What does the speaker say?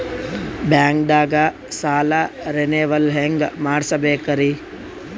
ಬ್ಯಾಂಕ್ದಾಗ ಸಾಲ ರೇನೆವಲ್ ಹೆಂಗ್ ಮಾಡ್ಸಬೇಕರಿ?